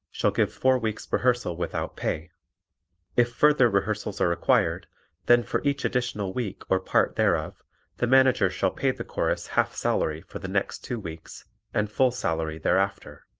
shall give four weeks' rehearsal without pay if further rehearsals are required then for each additional week or part thereof the manager shall pay the chorus half salary for the next two weeks and full salary thereafter.